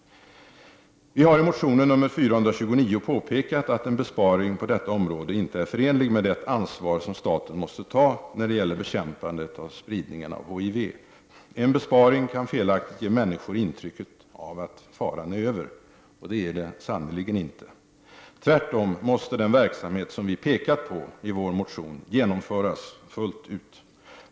Vi har i motionen nr 429 påpekat att en besparing på detta område inte är förenlig med det ansvar som staten måste ta när det gäller bekämpandet av spridningen av HIV. En besparing kan felaktigt ge människor intrycket att faran är över — och det är den sannerligen inte! Tvärtom måste den verksamhet som vi pekat på i vår motion genomföras fullt ut.